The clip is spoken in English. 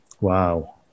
Wow